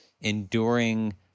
enduring